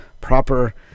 proper